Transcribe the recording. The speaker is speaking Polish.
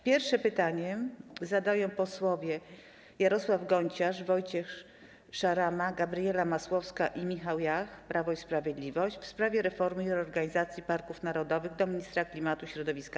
Pierwsze pytanie zadają posłowie Jarosław Gonciarz, Wojciech Szarama, Gabriela Masłowska i Michał Jach, Prawo i Sprawiedliwość, w sprawie reformy i reorganizacji parków narodowych - do ministra klimatu i środowiska.